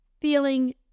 feeling